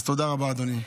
אז תודה רבה, אדוני.